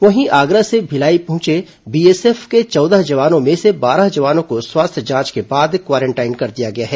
वहीं आगरा से भिलाई पहुंचे बीएसएफ के चौदह जवानों में से बारह जवानों को स्वास्थ्य जांच के बाद क्वारेंटाइन कर दिया गया है